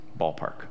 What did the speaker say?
ballpark